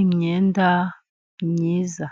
imyenda myiza.